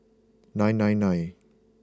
nine nine nine